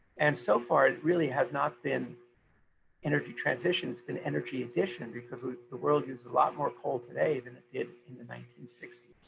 and so far it really has not been energy transition, it's been energy edition because ah the world used a lot more coal today than it did in the nineteen sixty